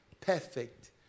perfect